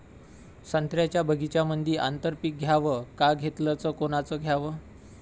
संत्र्याच्या बगीच्यामंदी आंतर पीक घ्याव का घेतलं च कोनचं घ्याव?